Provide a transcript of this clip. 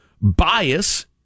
bias